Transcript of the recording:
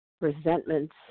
Resentments